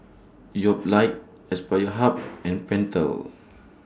Yoplait Aspire Hub and Pentel